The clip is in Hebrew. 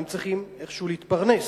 צריכים איכשהו להתפרנס